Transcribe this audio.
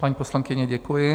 Paní poslankyně, děkuji.